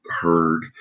heard